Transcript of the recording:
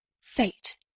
Fate